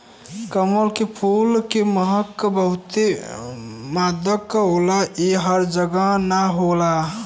कमल के फूल के महक बहुते मादक होला इ हर जगह ना होला